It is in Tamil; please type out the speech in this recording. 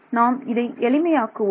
நாம் இதை எளிமை ஆக்குவோம்